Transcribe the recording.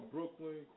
Brooklyn